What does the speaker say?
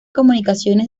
comunicaciones